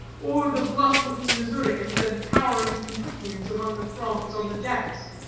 or the bluff-looking missourians and towering kentuckians among the throngs on the decks.